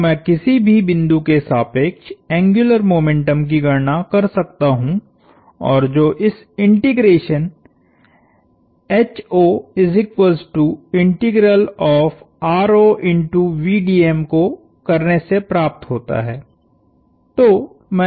तो मैं किसी भी बिंदु के सापेक्ष एंग्युलर मोमेंटम की गणना कर सकता हूं और जो इस इंटीग्रेशन को करने से प्राप्त होता है